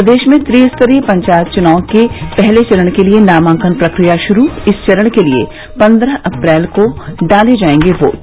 प्रदेश में त्रिस्तरीय पंचायत चुनाव के पहले चरण के लिये नामांकन प्रक्रिया शुरू इस चरण के लिये पन्द्रह अप्रैल को डाले जायेंगे वोट